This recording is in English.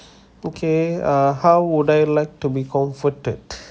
okay ah how would I like to be comforted